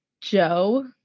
Joe